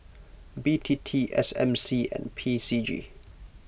B T T S M C and P C G